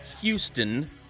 Houston